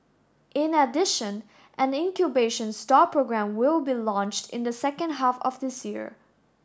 in addition an incubation stall programme will be launched in the second half of this year